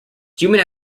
human